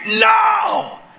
now